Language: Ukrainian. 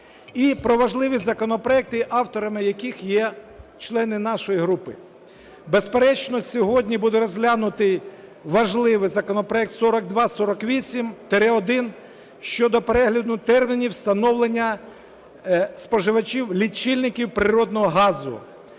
І про важливі законопроекти, авторами яких є члени нашої групи. Безперечно, сьогодні буде розглянутий важливий законопроект 4248-1 щодо перегляду термінів встановлення споживачам лічильників природного газу.